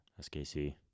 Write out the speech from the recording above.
SKC